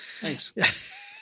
Thanks